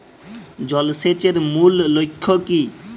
জল সেচের মূল লক্ষ্য কী?